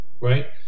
right